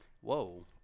Whoa